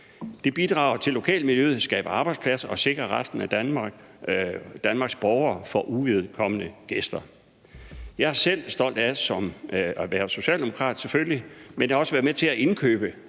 Det bidrager til lokalmiljøet, skaber arbejdspladser og sikrer Danmarks borgere mod uvedkommende gæster. Jeg er også selv stolt af at være socialdemokrat, selvfølgelig, men også af at have